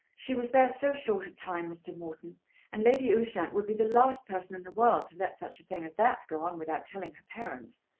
she was there so short a time, mr. morton and lady ushant would be the last person in the world to let such a thing as that go on without telling her parents.